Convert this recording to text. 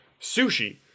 sushi